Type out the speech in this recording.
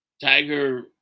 Tiger